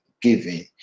giving